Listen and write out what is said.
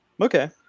Okay